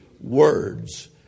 words